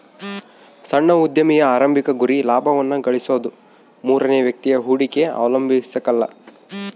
ಸಣ್ಣ ಉದ್ಯಮಿಯ ಆರಂಭಿಕ ಗುರಿ ಲಾಭವನ್ನ ಗಳಿಸೋದು ಮೂರನೇ ವ್ಯಕ್ತಿಯ ಹೂಡಿಕೆ ಅವಲಂಬಿಸಕಲ್ಲ